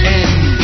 end